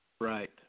Right